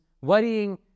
worrying